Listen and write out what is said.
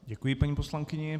Děkuji paní poslankyni.